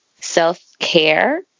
self-care